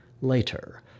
later